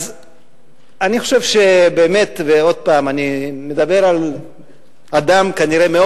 אז אני חושב שאני כנראה מדבר על אדם מאוד